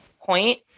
point